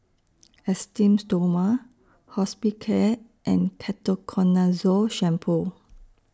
Esteem Stoma Hospicare and Ketoconazole Shampoo